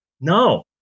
No